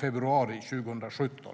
februari 2017.